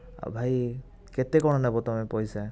ଆଉ ଭାଇ କେତେ କ'ଣ ନେବ ତୁମେ ପଇସା